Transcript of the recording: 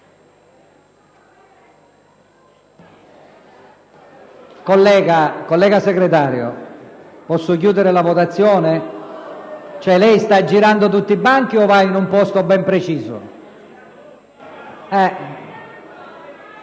Collega Segretario, posso chiudere la votazione? Lei sta girando tutti i banchi o va in un posto ben preciso?